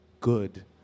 good